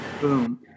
boom